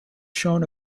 shown